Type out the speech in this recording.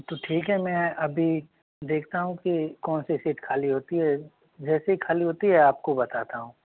तो ठीक है मैं अभी देखता हूँ कि कौनसी सीट खाली होती है जैसे ही खाली होती है आपको बताता हूँ